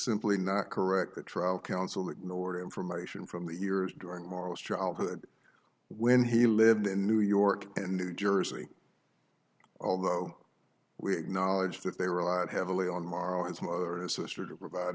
simply not correct the trial counsel ignored information from the years during oral childhood when he lived in new york and new jersey although we acknowledge that they were allowed heavily on morrow his mother and sister to provide